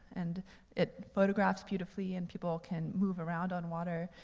and it photographs beautifully, and people can move around on water.